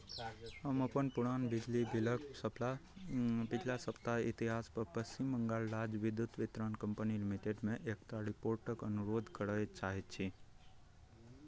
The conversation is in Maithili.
हम अपन पुरान बिजली बिलके सबटा पछिला सप्ताह इतिहासपर पच्छिम बङ्गाल राज्य विद्युत वितरण कम्पनी लिमिटेडमे एकटा रिपोर्टके अनुरोध करै चाहै छी